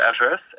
address